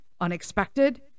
unexpected